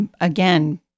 again